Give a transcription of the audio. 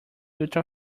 ultra